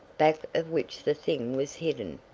back of which the thing was hidden.